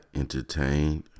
entertained